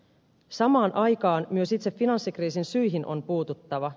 samaan aikaan myös itse finanssikriisin syihin on puututtava